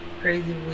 crazy